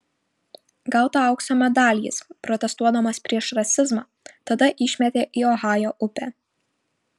gautą aukso medalį jis protestuodamas prieš rasizmą tada išmetė į ohajo upę